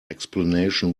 explanation